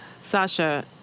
Sasha